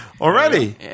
Already